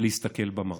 להסתכל במראה.